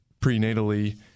prenatally